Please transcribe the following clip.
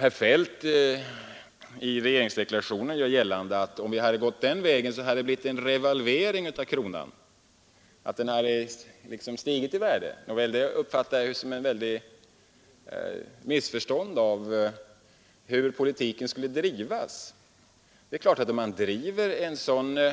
Herr Feldt gör i regeringsdeklarationen gällande, att om vi hade gått den vägen hade följden blivit en revalvering av kronan, alltså att kronan då hade stigit i värde. Det uppfattar jag som ett missförstånd av hur politiken skulle drivas. Klart är att om man driver en sådan